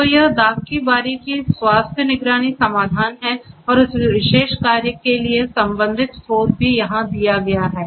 तो यह दाख की बारी की स्वास्थ्य निगरानी समाधान है और इस विशेष कार्य के लिए संबंधित स्रोत भी यहां दिया गया है